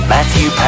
Matthew